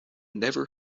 never